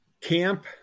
camp